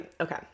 okay